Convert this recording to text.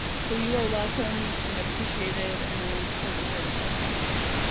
so you are welcome, and appreciated, and an important part of our community.